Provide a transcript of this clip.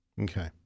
Okay